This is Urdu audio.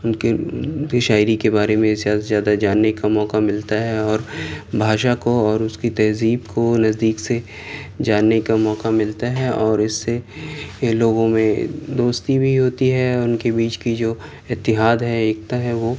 ان کے ان کی شاعری کے بارے میں زیادہ سے زیادہ جاننے کا موقعہ ملتا ہے اور بھاشا کو اور اس کی تہذیب کو نزدیک سے جاننے کا موقعہ ملتا ہے اور اس سے یہ لوگوں میں دوستی بھی ہوتی ہے اور ان کے بیچ کی جو اتحاد ہے ایکتا ہے وہ